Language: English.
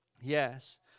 Yes